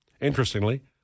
Interestingly